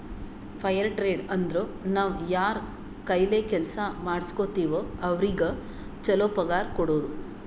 fire trade ಅಂದುರ್ ನಾವ್ ಯಾರ್ ಕೈಲೆ ಕೆಲ್ಸಾ ಮಾಡುಸ್ಗೋತಿವ್ ಅವ್ರಿಗ ಛಲೋ ಪಗಾರ್ ಕೊಡೋದು